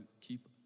keep